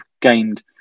gained